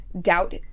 doubt